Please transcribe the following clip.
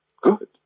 Good